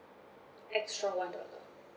extra one dollar